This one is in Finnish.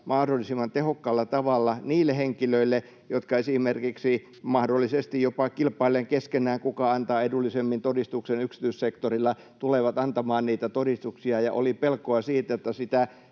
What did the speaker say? mahdollisimman tehokkaalla tavalla niille henkilöille, jotka esimerkiksi mahdollisesti jopa kilpailevat keskenään, kuka antaa edullisemmin todistuksen yksityissektorilla, ja jotka tulevat antamaan niitä todistuksia. Oli pelkoa siitä, että sitä